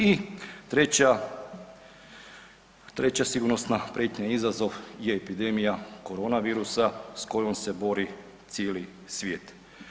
I treća sigurnosna prijetnja i izazov je epidemija korona virusa s kojom se bori cijeli svijet.